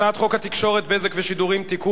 הצעת חוק הנזיקים האזרחיים (אחריות המדינה) (תיקון מס' 7) (תיקון,